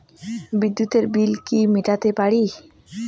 বিদ্যুতের বিল কি মেটাতে পারি?